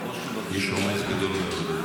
בראש ובראשונה --- יש עומס גדול מאוד,